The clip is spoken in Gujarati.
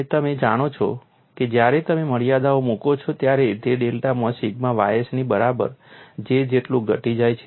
અને તમે જાણો છો કે જ્યારે તમે મર્યાદાઓ મૂકો છો ત્યારે તે ડેલ્ટામાં સિગ્મા ys ની બરાબર J જેટલું ઘટી જાય છે